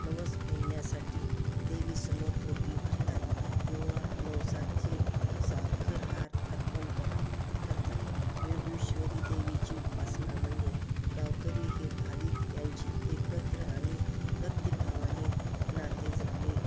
नवस फेडण्यासाठी देवीसमोर ओटी भरतात किंवा नवसाची साखरहार अर्पण करा करतात योगेश्वरी देवीची उपासना म्हणजे गावकरी हे भाविक यांची एकत्र आणि भक्तिभावाने नाते जपले